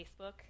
Facebook